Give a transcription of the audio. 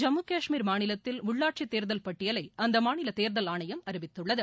ஜம்மு கஷ்மீர் மாநிலத்தில் உள்ளாட்சி தேர்தல் பட்டியலை அந்த மாநில தேர்தல் அறிவித்துள்ளது